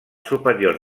superior